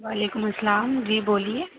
وعلیکم السّلام جی بولیے